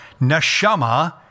Neshama